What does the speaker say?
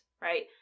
right